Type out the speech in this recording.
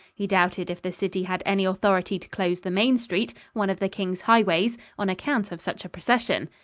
he doubted if the city had any authority to close the main street, one of the king's highways, on account of such a procession.